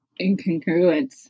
incongruence